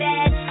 Dead